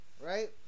right